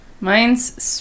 mine's